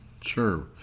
Sure